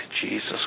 Jesus